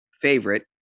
Favorite